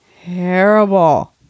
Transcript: Terrible